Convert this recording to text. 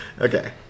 okay